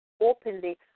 openly